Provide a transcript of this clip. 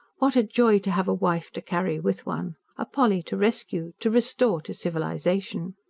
what a joy to have a wife to carry with one a polly to rescue, to restore to civilisation!